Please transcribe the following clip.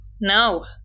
No